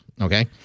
Okay